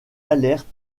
alerte